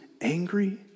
angry